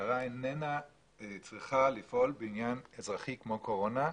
המשטרה לא צריכה לפעול בעניין אזרחי כמו קורונה.